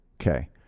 Okay